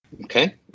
Okay